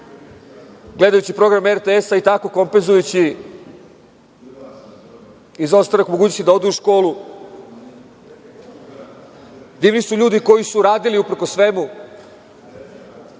gledajući program RTS-a i tako kompenzujući izostanak mogućnosti da odu u školu. Divni su ljudi koji su radili uprkos svemu